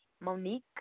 Monique